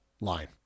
line